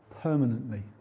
permanently